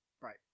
Right